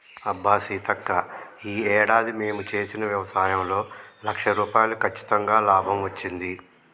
అబ్బా సీతక్క ఈ ఏడాది మేము చేసిన వ్యవసాయంలో లక్ష రూపాయలు కచ్చితంగా లాభం వచ్చింది